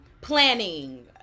planning